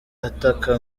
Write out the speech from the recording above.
ataka